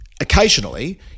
occasionally